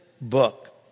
book